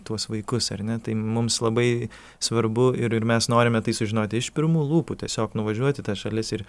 tuos vaikus ar ne tai mums labai svarbu ir ir mes norime tai sužinoti iš pirmų lūpų tiesiog nuvažiuot į tas šalis ir